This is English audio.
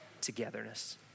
togetherness